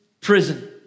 prison